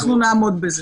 אנחנו נעמוד בזה.